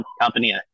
company